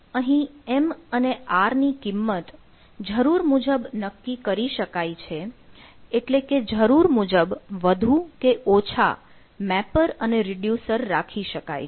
અહીં M અને R ની કિંમત જરૂર મુજબ નક્કી કરી શકાય છે એટલે કે જરૂર મુજબ વધુ કે ઓછા મેપર અને રીડ્યુસર રાખી શકાય છે